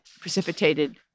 precipitated